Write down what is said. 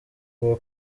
kuwa